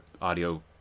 audio